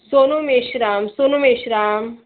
Sonu Meshram Sonu Meshram